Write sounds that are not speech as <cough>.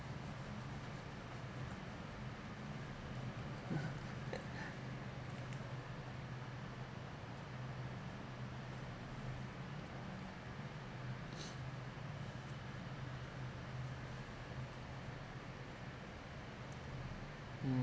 mm <laughs> <noise> mm